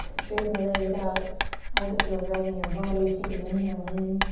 straighten the legs out as it feels right in your body, take an inhale in.